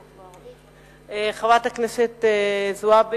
הצעה לסדר-היום שמספרה 2678. חברת הכנסת זועבי,